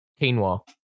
Quinoa